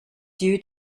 due